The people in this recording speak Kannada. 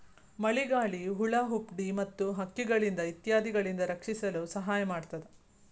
ಮಳಿಗಾಳಿ, ಹುಳಾಹುಪ್ಡಿ ಮತ್ತ ಹಕ್ಕಿಗಳಿಂದ ಇತ್ಯಾದಿಗಳಿಂದ ರಕ್ಷಿಸಲು ಸಹಾಯ ಮಾಡುತ್ತದೆ